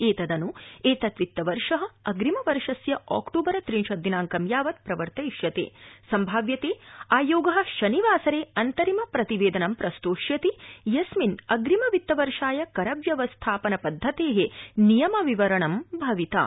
एतदनु एतत्वित्तवर्ष अग्रिमवर्षस्य ऑक्ट्रबर त्रिंशदिनांक यावत् प्रवर्तयिष्यत सम्भव्यत आयोग शनिवासर अंतरिम प्रतिवहित् प्रस्तोष्यति यस्मिन् अप्रिम वित्तवर्षाय करव्यवस्थापन पद्धत नियम विविरणं भविता